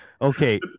Okay